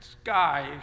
sky